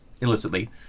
illicitly